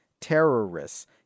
terrorists